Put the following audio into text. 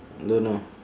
don't know